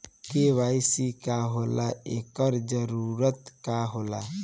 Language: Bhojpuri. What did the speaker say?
के.वाइ.सी का होला एकर जरूरत का होला?